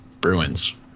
Bruins